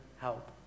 help